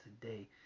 today